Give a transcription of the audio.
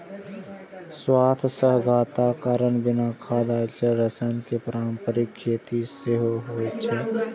स्वास्थ्य सजगताक कारण बिना खाद आ रसायन के पारंपरिक खेती सेहो होइ छै